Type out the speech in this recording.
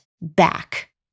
back